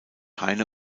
heine